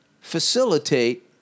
facilitate